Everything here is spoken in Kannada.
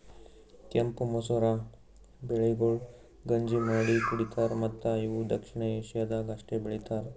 ಕೆಂಪು ಮಸೂರ ಬೆಳೆಗೊಳ್ ಗಂಜಿ ಮಾಡಿ ಕುಡಿತಾರ್ ಮತ್ತ ಇವು ದಕ್ಷಿಣ ಏಷ್ಯಾದಾಗ್ ಅಷ್ಟೆ ಬೆಳಿತಾರ್